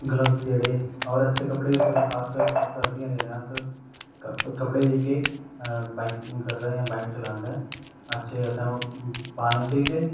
gloves जेह्ड़े और अच्छे कपड़े उस बेल्ले खास करी सर्दियां जन्ने अस्स कपड़े जेहके बाइकिंग करदे जां बाइक चलांदे अच्छे असें ओह् पाने चाहिदे